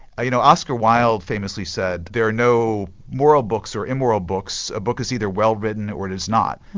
you know oscar wilde famously said there are no moral books or immoral books, a book is either well written or it is not.